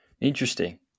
Interesting